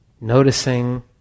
noticing